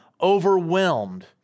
overwhelmed